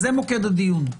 זה מוקד הדיון.